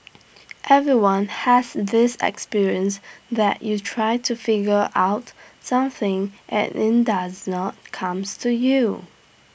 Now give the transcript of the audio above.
everyone has this experience that you try to figure out something and IT does not comes to you